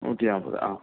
നൂറ്റിനാപ്പത് ആ